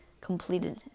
completed